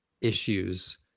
issues